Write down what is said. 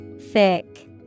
Thick